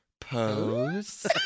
Pose